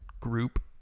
group